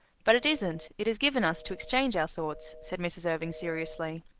but it isn't it is given us to exchange our thoughts, said mrs. irving seriously.